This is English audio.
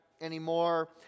anymore